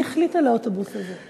מי החליט על האוטובוס הזה?